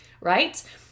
right